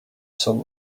sun